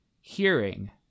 hearing